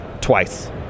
twice